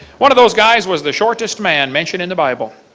one of those guys was the shortest man mentioned in the bible,